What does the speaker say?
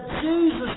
Jesus